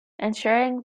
ensuring